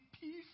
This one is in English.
peace